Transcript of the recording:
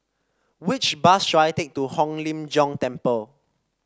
which bus should I take to Hong Lim Jiong Temple